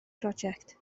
prosiect